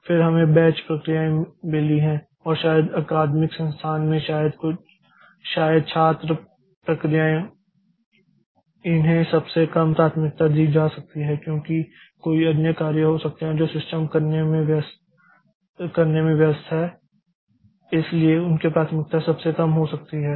फिर हमें बैच प्रक्रियाएं मिली हैं और शायद अकादमिक संस्थान में शायद छात्र प्रक्रियाएं उन्हें सबसे कम प्राथमिकता दी जा सकती हैं क्योंकि कई अन्य कार्य हो सकते हैं जो सिस्टम करने में व्यस्त हैं इसलिए उनकी प्राथमिकता सबसे कम हो सकती है